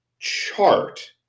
Chart